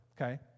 okay